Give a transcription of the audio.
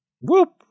Whoop